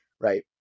right